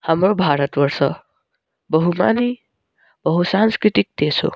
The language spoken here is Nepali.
हाम्रो भारतवर्ष बहुमानी बहुसांस्कृतिक देश हो